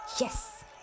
Yes